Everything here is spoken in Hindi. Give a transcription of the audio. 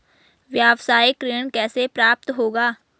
व्यावसायिक ऋण कैसे प्राप्त होगा?